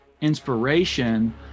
inspiration